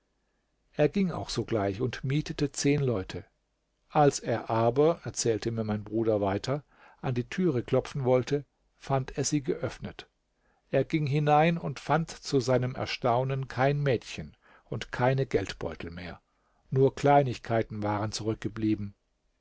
er ging auch sogleich und mietete zehn leute als er aber erzählte mir mein bruder weiter an die türe klopfen wollte fand er sie geöffnet er ging hinein und fand zu seinem erstaunen kein mädchen und keine geldbeutel mehr nur kleinigkeiten waren zurückgeblieben